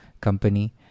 company